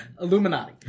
Illuminati